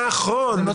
נכון.